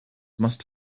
must